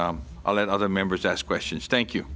i'll let other members ask questions thank you